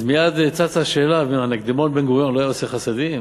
אז מייד צצה השאלה: נקדימון בן גוריון לא היה עושה חסדים?